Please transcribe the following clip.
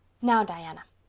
now, diana.